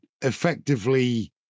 effectively